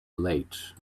late